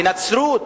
בנצרות,